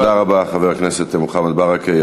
תודה רבה, חבר הכנסת מוחמד ברכה.